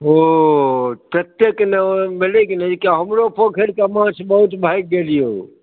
ओ ततेक ने ओ भेलै ने कि हमरो पोखरिके माछ बहुत भागि गेल यौ